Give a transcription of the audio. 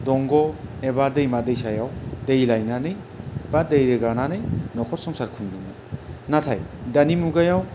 दंग' एबा दैमा दैसायाव दै लायनानै बा दै रोगानानै न'खर संसार खुंदोंमोन नाथाय दानि मुगायाव